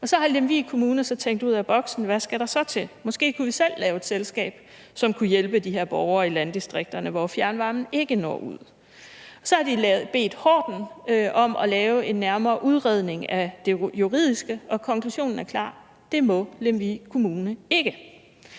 Så har Lemvig Kommune tænkt ud af boksen: Hvad skal der så til? Måske kunne vi selv lave et selskab, som kunne hjælpe de her borgere i landdistrikterne, hvor fjernvarmen ikke når ud. Så har de bedt Horten om at lave en nærmere udredning af det juridiske, og konklusionen er klar: Det må Lemvig Kommune ikke.